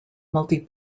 multi